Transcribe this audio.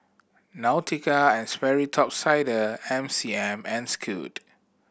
Nautica and Sperry Top Sider M C M and Scoot